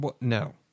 No